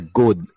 good